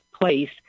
place